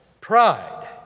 pride